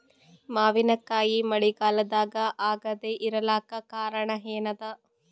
ಮಾವಿನಕಾಯಿ ಮಳಿಗಾಲದಾಗ ಆಗದೆ ಇರಲಾಕ ಕಾರಣ ಏನದ?